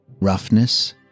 Roughness